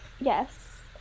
Yes